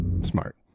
Smart